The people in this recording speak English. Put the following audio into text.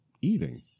eating